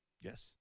Yes